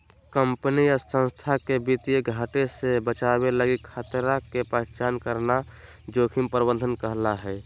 company या संस्थान के वित्तीय घाटे से बचावे लगी खतरा के पहचान करना जोखिम प्रबंधन कहला हय